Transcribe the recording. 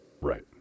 Right